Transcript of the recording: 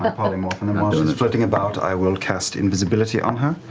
but polymorph. and then while she's flitting about, i will cast invisibility on her.